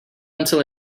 until